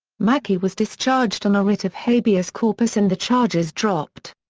mackey was discharged on a writ of habeas corpus and the charges dropped.